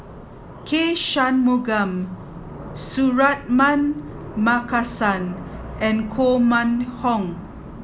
K Shanmugam Suratman Markasan and Koh Mun Hong